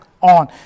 on